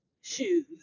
shoes